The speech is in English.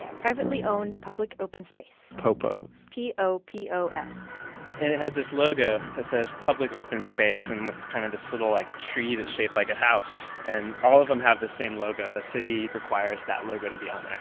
and privately owned public open space popos p o p o s and it has this logo that says public open space and with kind of this little like tree shaped like a house. and all of them have the same logo. the city requires that logo to be on there.